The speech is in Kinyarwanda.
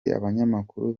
abanyamakuru